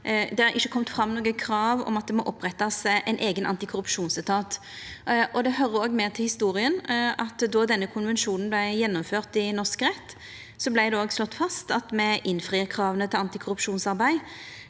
det har ikkje kome fram noko krav om at det må opprettast ein eigen antikorrupsjonsetat. Det høyrer òg med til historia at då denne konvensjonen vart gjennomført i norsk rett, vart det slått fast at me innfrir krava til antikorrupsjonsarbeid